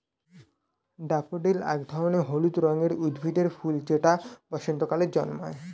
daffodil এক ধরনের হলুদ রঙের উদ্ভিদের ফুল যেটা বসন্তকালে জন্মায়